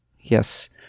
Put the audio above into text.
Yes